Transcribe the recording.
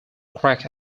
crack